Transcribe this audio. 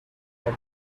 arab